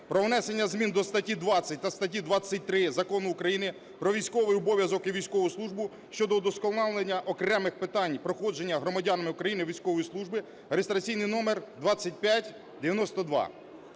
про внесення змін до статті 20 та статті 23 Закону України "Про військовий обов'язок і військову службу" щодо удосконалення окремих питань проходження громадянами України військової служби (реєстраційний номер 2592).